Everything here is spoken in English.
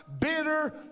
bitter